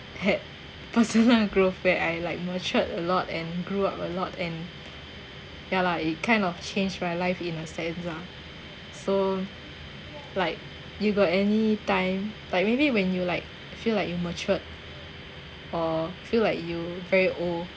had personal growth where I like matured a lot and grew up a lot and ya lah it kind of changed my life in a sense lah so like you got any time like maybe when you like feel like you matured or feel like you very old